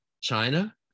China